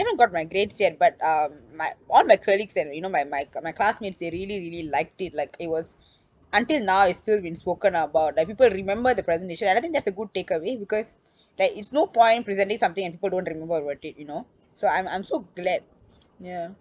haven't got my grades yet but um my all my colleagues and you know my my my classmates they really really liked it like it was until now it's still been spoken about like people remember the presentation and I think that's a good take away because like it's no point presenting something and people don't remember about it you know so I'm I'm so glad ya